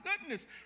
goodness